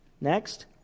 next